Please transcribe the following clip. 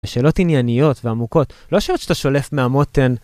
שאלות ענייניות ועמוקות, לא שאלות שאתה שולף מהמותן.